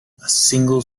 single